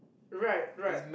right right